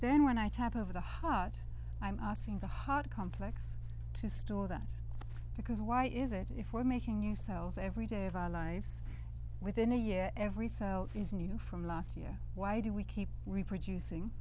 then when i type over the hot i'm asking the hard complex to store that because why is it if we're making yourselves every day of our lives within a year every cell is new from last year why do we keep reproducing